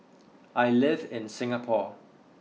I live in Singapore